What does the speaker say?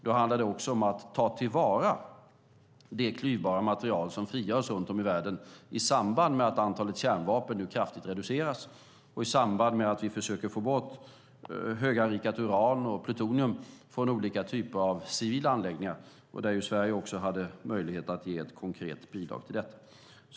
Det handlade också om att ta till vara det klyvbara material som frigörs runt om i världen i samband med att antalet kärnvapen nu kraftigt reduceras och i samband med att vi försöker få bort höganrikat uran och plutonium från olika typer av civila anläggningar. Där hade Sverige möjlighet att ge ett konkret bidrag till detta.